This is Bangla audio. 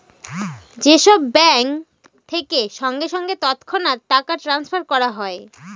যে সব ব্যাঙ্ক থেকে সঙ্গে সঙ্গে তৎক্ষণাৎ টাকা ট্রাস্নফার করা হয়